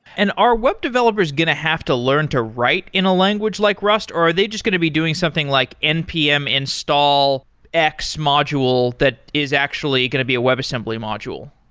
and are web developers going to have to learn to write in a language like rust or are they just get to be doing something like npm install x module that is actually going to be a webassembly module?